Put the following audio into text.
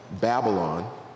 Babylon